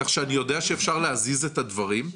כך שאני יודע שאפשר להזיז את הדברים,